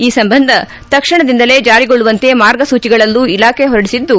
ಈ ಸಂಬಂಧ ತಕ್ಷಣದಿಂದಲೇ ಜಾರಿಗೊಳ್ಳುವಂತೆ ಮಾರ್ಗಸೂಚಿಗಳಲ್ಲೂ ಇಲಾಖೆ ಹೊರಡಿಸಿದ್ದು